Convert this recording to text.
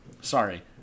sorry